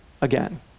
again